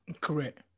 Correct